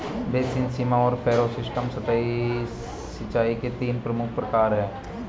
basin, सीमा और furrow system सतही सिंचाई के तीन प्रमुख प्रकार है